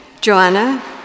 joanna